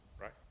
Right